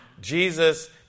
Jesus